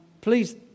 please